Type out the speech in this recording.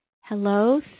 Hello